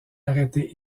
arrêtée